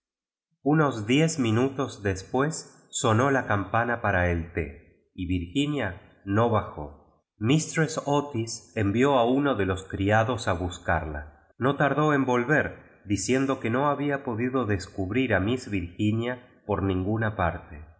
unos diez minutos después sonó la cam pana pura el lé y virginia no bajó miatress otis envío a nao de jos criados a buscarla no tardó en volver diciendo que no había podido descubrir a mías virginia por ningu na parte